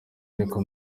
ariko